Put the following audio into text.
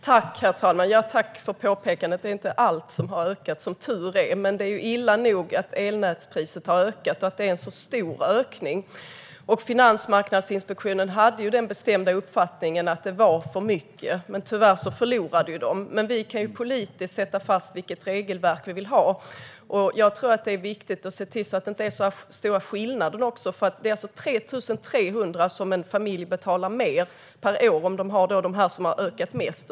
Herr talman! Tack för påpekandet! Det är inte allt som har ökat, som tur är. Men det är illa nog att elnätspriset har ökat och att det är en så stor ökning. Energimarknadsinspektionen hade den bestämda uppfattningen att det var för mycket, men tyvärr förlorade de. Vi kan dock politiskt slå fast vilket regelverk vi vill ha. Jag tror att det är viktigt att se till att det inte är så stora skillnader. Det är alltså 3 300 kronor som en familj betalar mer per år om den har dem som har höjt mest.